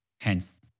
Hence